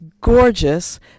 Gorgeous